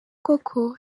koko